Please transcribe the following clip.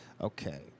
Okay